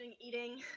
eating